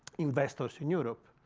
investors in europe.